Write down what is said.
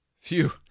Phew